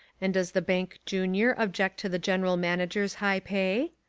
and does the bank junior object to the general manager's high pay?